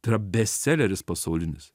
tai yra bestseleris pasaulinis